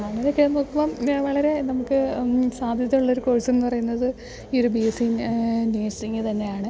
അങ്ങനെക്ക നോക്കുമ്പം വളരെ നമുക്ക് സാധ്യത ഉള്ളൊരു കോഴ്സ്ന്ന് പറയുന്നത് ഈ ഒരു ബി എസ് സി നേഴ്സിംഗങ് തന്നെയാണ്